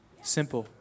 Simple